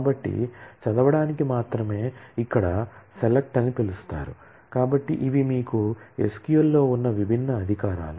కాబట్టి చదవడానికి మాత్రమే ఇక్కడ SELECT అని పిలుస్తారు కాబట్టి ఇవి మీకు SQL లో ఉన్న విభిన్న అధికారాలు